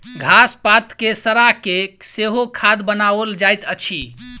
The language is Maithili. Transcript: घास पात के सड़ा के सेहो खाद बनाओल जाइत अछि